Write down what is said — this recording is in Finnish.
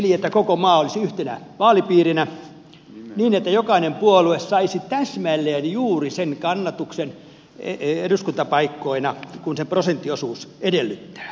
eli koko maa olisi yhtenä vaalipiirinä niin että jokainen puolue saisi täsmälleen juuri sen kannatuksen eduskuntapaikkoina kuin sen prosenttiosuus edellyttää